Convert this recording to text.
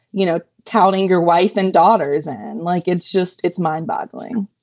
you know, touting your wife and daughters and like, it's just it's mind boggling